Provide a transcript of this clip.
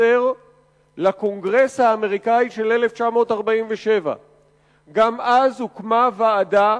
לקונגרס האמריקני של 1947. גם אז הוקמה ועדה